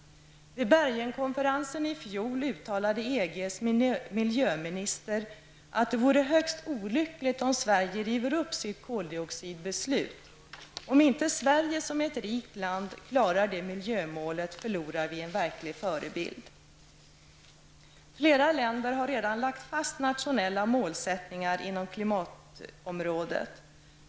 Vid Bergenkonferensen i fjol uttalade EGs miljöminister: ''Det vore högst olyckligt om Sverige river upp sitt koldioxidbeslut. Om inte Sverige, som är ett rikt land, klarar det miljömålet förlorar vi en verklig förebild.'' Flera länder har redan lagt fast nationella målsättningar inom klimatområdet.